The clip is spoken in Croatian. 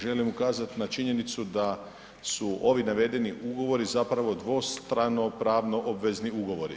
Želim ukazati na činjenicu da su ovi navedeni ugovori zapravo dvostrano pravno obvezni ugovori.